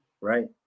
right